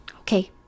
okay